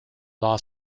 law